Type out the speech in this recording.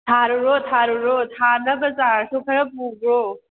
ꯊꯥꯔꯨꯔꯣ ꯊꯥꯔꯨꯔꯣ ꯊꯥꯅꯕ ꯆꯥꯔꯁꯨ ꯈꯔ ꯄꯨꯈꯣ